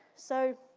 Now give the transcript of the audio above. so.